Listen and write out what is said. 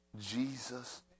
Jesus